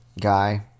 guy